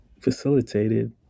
facilitated